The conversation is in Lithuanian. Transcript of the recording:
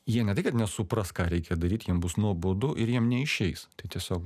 jie ne tai kad nesupras ką reikia daryt jiem bus nuobodu ir jiem neišeis tai tiesiog